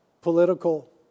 Political